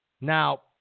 Now